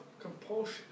compulsion